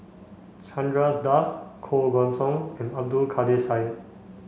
Chandra Das Koh Guan Song and Abdul Kadir Syed